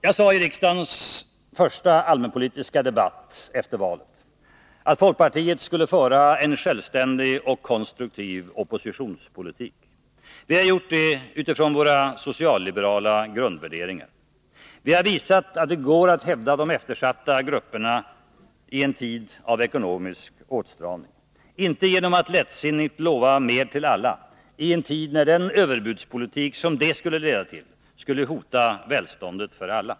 Jag sade i riksdagens första allmänpolitiska debatt efter valet att folkpartiet skulle föra en självständig och konstruktiv oppositionspolitik. Vi har gjort det utifrån våra socialliberala grundvärderingar. Vi har visat att det går att hävda de eftersatta grupperna i en tid av ekonomisk åtstramning — men inte genom att lättsinnigt lova mer till alla i en tid när den överbudspolitik som det skulle leda till skulle hota välståndet för alla.